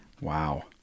Wow